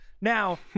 Now